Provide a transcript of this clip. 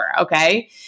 okay